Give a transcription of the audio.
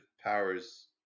powers